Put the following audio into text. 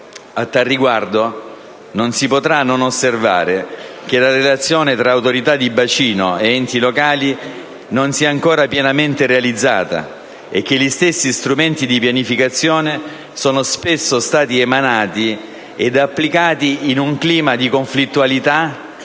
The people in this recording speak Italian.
A tale riguardo non si potrà non osservare che la relazione tra autorità di bacino ed enti locali non si è ancora pienamente realizzata e che gli stessi strumenti di pianificazione sono spesso stati emanati ed applicati in un clima di conflittualità